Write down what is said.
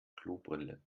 klobrille